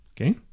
Okay